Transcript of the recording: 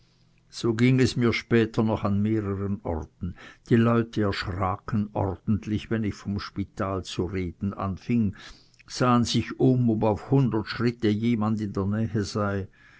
so ging es mir später noch an mehreren orten die leute erschraken ordentlich wenn ich vom spital zu reden anfing sahen sich um ob auf hundert schritte jemand in der nähe sei